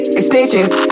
extensions